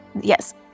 yes